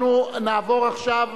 אנחנו נעבור עכשיו,